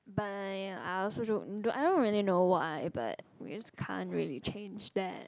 but ya I also don't I don't really know why but we just can't really change that